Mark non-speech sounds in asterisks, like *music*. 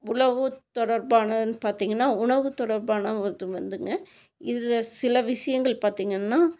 உழவு தொடர்பானதுனு பார்த்திங்கனா உணவு தொடர்பான *unintelligible* வந்துங்க இதில் சில விஷயங்கள் பார்த்திங்கன்னா